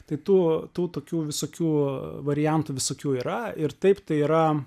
tai tų tų tokių visokių variantų visokių yra ir taip tai yra